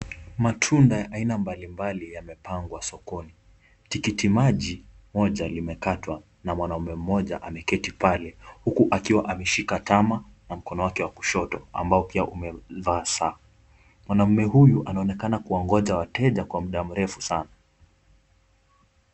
Matunda ya aina mbalimbali yamepangwa sokoni, tikiti maji moja limekatwa na mwanamume mmoja ameketi pale, huku akiwa ameshika tama na mkono wake wa kushoto ambao pia umevaa saa, mwanamume huyu anaonekana kuwangoja wateja kwa muda mrefu sana.